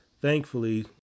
Thankfully